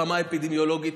ברמה האפידמיולוגית